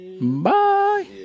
Bye